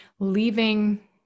leaving